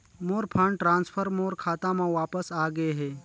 मोर fund transfer मोर खाता म वापस आ गे हे